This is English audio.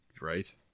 Right